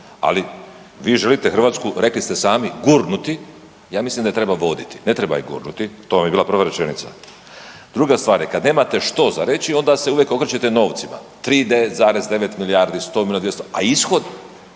ali vi želite Hrvatsku, rekli ste i sami, gurnuti, ja mislim da je treba voditi, ne treba je gurnuti. To vam je bila prva rečenica. Druga stvar je kad nemate što za reći onda se uvijek okrećete novcima, 3,9 milijardi, 100 milijuna, 200, a ishod?